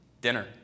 dinner